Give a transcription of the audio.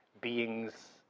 beings